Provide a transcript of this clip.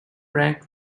ranked